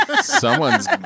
Someone's